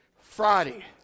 Friday